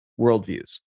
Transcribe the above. worldviews